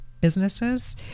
businesses